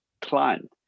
client